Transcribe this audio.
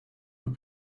have